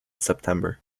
september